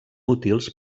útils